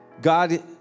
God